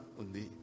undi